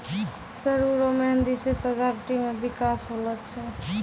सरु रो मेंहदी से सजावटी मे बिकास होलो छै